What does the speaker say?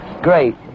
Great